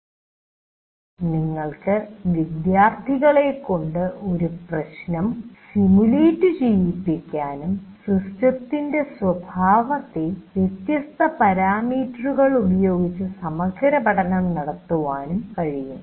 നിങ്ങൾക്ക് വിദ്യാർത്ഥികളെ കൊണ്ട് ഒരു പ്രശ്നം സിമുലേറ്റ് ചെയ്യിപ്പിക്കാനും സിസ്റ്റത്തിന്റെ സ്വഭാവത്തെ വ്യത്യസ്തപാരാമീറ്ററുകൾ ഉപയോഗിച്ച് സമഗ്രപഠനം നടത്തുവാനും കഴിയും